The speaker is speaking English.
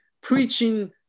preaching